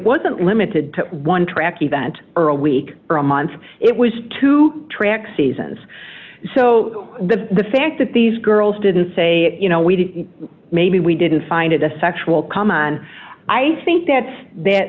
wasn't limited to one track event or a week or a month it was two track seasons so the fact that these girls didn't say you know we did maybe we didn't find it a sexual come on i think that